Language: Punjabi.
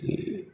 ਅਤੇ